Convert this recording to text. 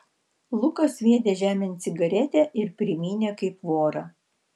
lukas sviedė žemėn cigaretę ir primynė kaip vorą